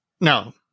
No